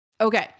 Okay